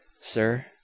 Sir